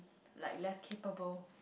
like less capable